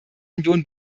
union